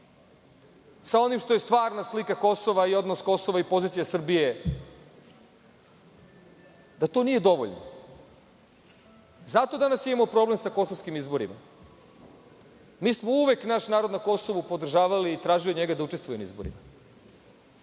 sa onim što je stvarna slika Kosova i odnos Kosova i pozicije Srbije, da to nije dovoljno. Zato danas imamo problem sa kosovskim izborima. Mi smo uvek naš narod na Kosovu podržavali i tražili od njega da učestvuje na izborima.